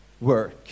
work